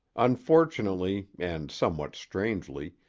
unfortunately, and somewhat strangely,